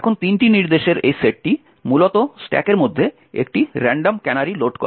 এখন তিনটি নির্দেশের এই সেটটি মূলত স্ট্যাকের মধ্যে একটি রান্ডম ক্যানারি লোড করে